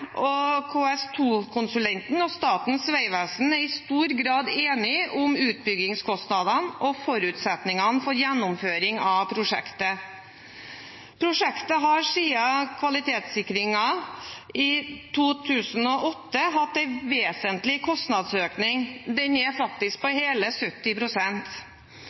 og KS2-konsulenten og Statens vegvesen er i stor grad enig om utbyggingskostnadene og forutsetningene for gjennomføring av prosjektet. Prosjektet har siden kvalitetssikringen i 2008 hatt en vesentlig kostnadsøkning, den er faktisk på hele